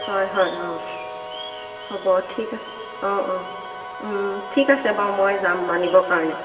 হয় হয় অঁ হ'ব ঠিক আছে অঁ অঁ ঠিক আছে বাৰু মই যাম আনিবৰ কাৰণে